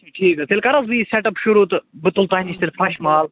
ٹھیٖک حظ چھُ تیٚلہِ کَر حظ بہٕ یہِ سیٚٹ اپ شُروع تہٕ بہٕ تُل تۄہہِ نش تیٚلہِ فریٚش مال